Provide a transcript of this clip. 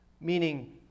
meaning